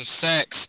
sex